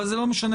אבל זה לא משנה,